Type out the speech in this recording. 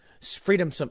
Freedom